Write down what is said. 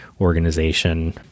organization